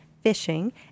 fishing